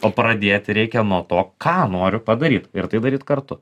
o pradėti reikia nuo to ką noriu padaryt ir tai daryt kartu